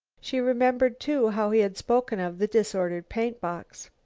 she remembered, too, how he had spoken of the disordered paint-box.